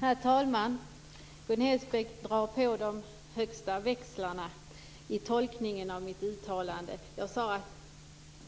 Herr talman! Gun Hellsvik drar på de högsta växlarna i tolkningen av mitt uttalande. Jag sade